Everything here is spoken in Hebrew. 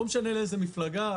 לא משנה לאיזו מפלגה.